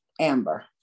amber